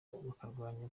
bakarwanya